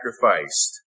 sacrificed